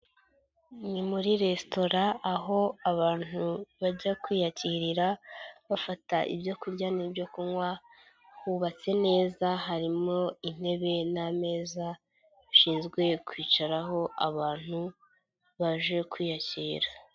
Ni muri resitora aho abantu bajya kwiyakirira bafata ibyo kurya n'ibyo kunywa, hubatse neza harimo intebe n'ameza bishinzwe kwicaraho abantu baje kwiyakira.